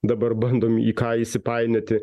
dabar bandom į ką įsipainioti